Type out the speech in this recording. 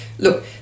Look